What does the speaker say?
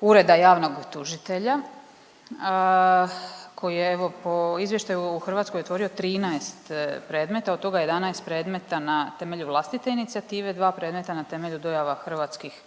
Ureda javnog tužitelja koji je, evo, po izvještaju, u Hrvatskoj otvorio 13 predmeta, od toga 11 predmeta na temelju vlastite inicijative, 2 predmeta na temelju dojava hrvatskih